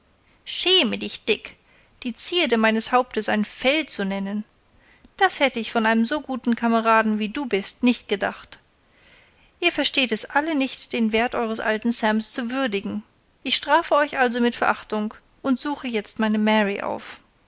schäme dich dick die zierde meines hauptes ein fell zu nennen das hätte ich von so einem guten kameraden wie du bist nicht gedacht ihr versteht es alle nicht den wert eures alten sam zu würdigen ich strafe euch also mit verachtung und suche jetzt meine mary auf